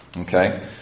Okay